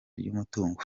ry’umutungo